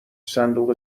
صندوق